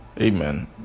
Amen